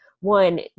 One